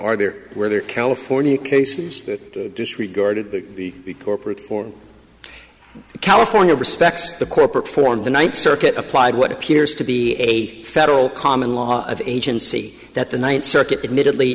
are there were there california cases that disregarded the corporate form california respects the corporate form the ninth circuit applied what appears to be a federal common law of agency that the ninth circuit admittedly